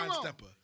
stepper